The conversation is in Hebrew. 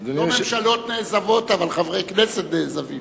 לא ממשלות נעזבות, אלא חברי כנסת נעזבים.